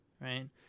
right